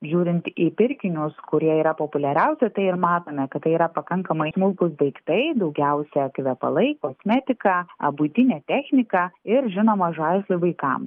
žiūrint į pirkinius kurie yra populiariausi tai ir matome kad tai yra pakankamai smulkūs daiktai daugiausia kvepalai kosmetika a buitinė technika ir žinoma žaislai vaikam